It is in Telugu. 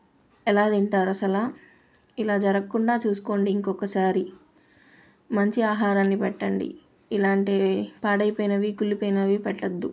ఎలా తింటారు అసలు ఇలా జరగక్కుండా చూసుకోండి ఇంకొకసారి మంచి ఆహారాన్ని పెట్టండి ఇలాంటి పాడైపోయినవి కుళ్ళిపోయినవి పెట్టద్దు